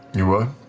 you what?